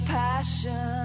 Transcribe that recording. passion